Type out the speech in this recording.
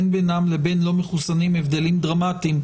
אין בינם לבין לא-מחוסנים הבדלים דרמטיים,